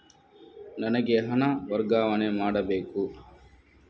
ನನಗೆ ಹಣ ವರ್ಗಾವಣೆ ಮಾಡಬೇಕು